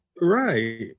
Right